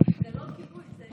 שלא יגידו, חדש